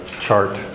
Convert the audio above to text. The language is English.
chart